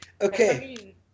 okay